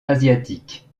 asiatique